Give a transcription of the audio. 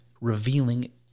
revealing